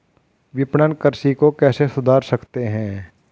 विपणन कृषि को कैसे सुधार सकते हैं?